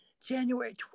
January